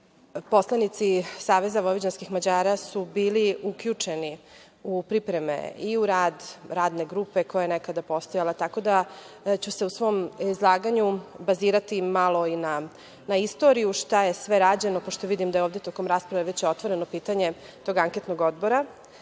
Poslanici SVM su bili uključeni u pripreme i u rad radne grupe koja je nekada postojala. Tako da ću se u svom izlaganju bazirati malo i na istoriju, šta je sve rađeno, pošto vidim da je ovde tokom rasprave već otvoreno pitanje, tog anketnog odbora. Naime,